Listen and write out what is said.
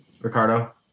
Ricardo